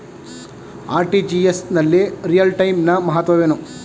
RTGS ನಲ್ಲಿ real time ನ ಮಹತ್ವವೇನು?